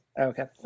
Okay